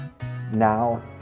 now